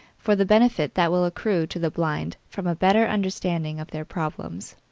for the benefit that will accrue to the blind from a better understanding of their problems.